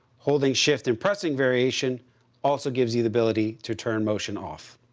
holding shift and pressing variation also gives you the ability to turn motion off.